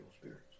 spirits